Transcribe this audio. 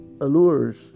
allures